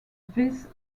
this